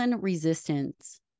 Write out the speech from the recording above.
resistance